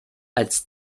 als